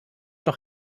noch